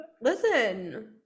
Listen